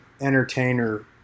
entertainer